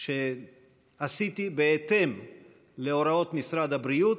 שהוצאתי בהתאם להוראות משרד הבריאות.